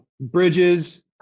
bridges